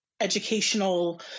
educational